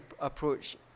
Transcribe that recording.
approach